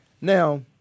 Now